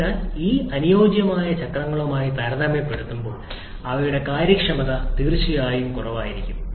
അതിനാൽ ഈ അനുയോജ്യമായ ചക്രങ്ങളുമായി താരതമ്യപ്പെടുത്തുമ്പോൾ അവയുടെ കാര്യക്ഷമത തീർച്ചയായും വളരെ കുറവായിരിക്കും